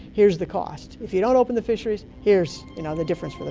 here's the cost. if you don't open the fisheries, here's you know the difference